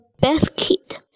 basket